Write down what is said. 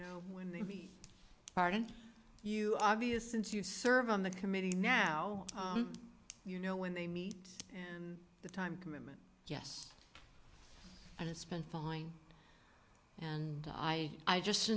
know when they be pardoned you obvious since you serve on the committee now you know when they meet and the time commitment yes and it's been fine and i i just